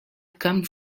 come